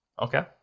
okay